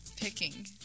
picking